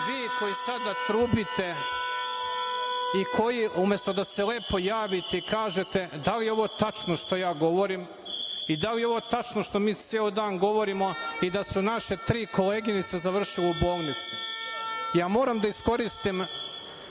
vi koji sada trubite i koji umesto da se lepo javite i kažete da li je ovo tačno što ja govorim i da li je ovo tačno što mi ceo dan govorimo i da su naše tri koleginice završile u bolnici? Moram da iskoristim